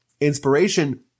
Inspiration